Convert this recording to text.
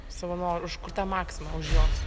savanorių už kur ta maxima už jos